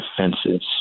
defenses